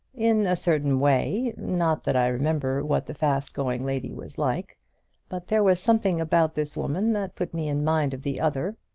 in a certain way. not that i remember what the fast-going lady was like but there was something about this woman that put me in mind of the other.